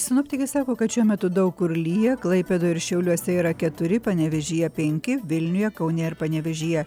sinoptikai sako kad šiuo metu daug kur lyja klaipėdoje ir šiauliuose yra keturi panevėžyje penki vilniuje kaune ir panevėžyje